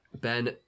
Ben